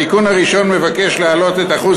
התיקון הראשון מבקש להעלות את אחוז